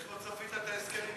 איך לא צפית את ההסכם עם איראן?